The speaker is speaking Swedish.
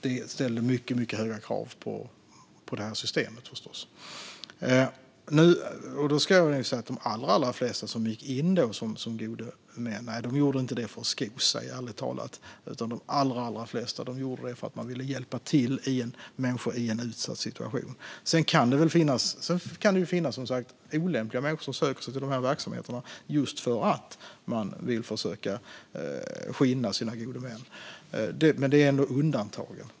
Det ställde mycket höga krav på systemet. De allra flesta som gick in som gode män gjorde det inte för att sko sig, ärligt talat, utan de allra flesta gjorde det för att hjälpa människor i en utsatt situation. Sedan kan det finnas olämpliga människor som söker sig till verksamheterna just för att de vill försöka skinna sina huvudmän - men de är undantag.